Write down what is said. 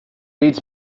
leads